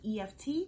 EFT